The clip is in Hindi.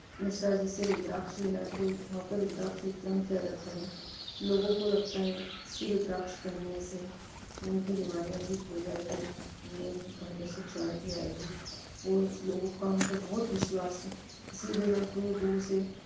मिश्रा जी से रुद्राक्ष लेने आते हैं वहाँ पर रुद्राक्ष वितरण किया जाता है लोगों को लगता है कि रुद्राक्ष पहनने से उनकी बीमारियाँ ठीक हो जाएँगी उन उनमें घर में सुख शांति आएगी और लोगों का उन पर बहुत विश्वास है इसीलिए लोग दूर दूर से